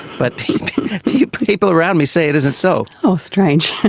but people people around me say it isn't so. oh, strange!